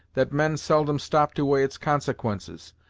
that men seldom stop to weigh its consequences,